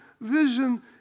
vision